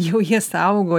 jau jie saugo